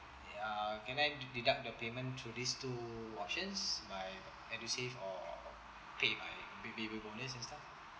ya can I de~ deduct the payment through these two vouchers by edusave or pay by baby bonus instead